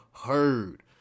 heard